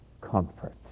comfort